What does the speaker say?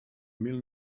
mil